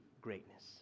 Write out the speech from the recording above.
greatness